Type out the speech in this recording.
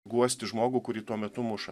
guosti žmogų kurį tuo metu muša